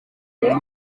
gihugu